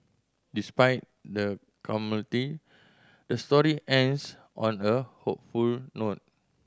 despite the calamity the story ends on a hopeful note